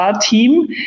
team